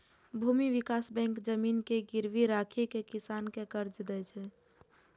भूमि विकास बैंक जमीन के गिरवी राखि कें किसान कें कर्ज दै छै